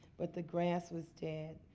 but the grass was dead.